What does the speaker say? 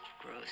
Gross